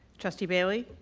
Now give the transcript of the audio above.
trustee bailey.